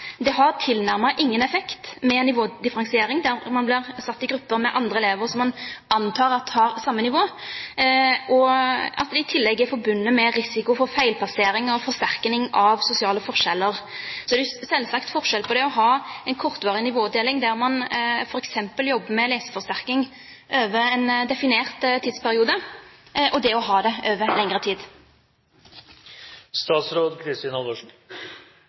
det har tilnærmet ingen effekt med nivådifferensiering der man blir satt i grupper med andre elever som man antar er på samme nivå, og at det i tillegg er forbundet med risiko for feilplassering og forsterkning av sosiale forskjeller. Så er det selvsagt forskjell på det å ha en kortvarig nivådeling der man f.eks. jobber med leseforsterking over en definert tidsperiode, og det å ha det over lengre tid.